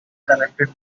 connected